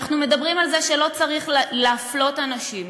אנחנו מדברים על זה שלא צריך להפלות אנשים,